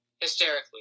hysterically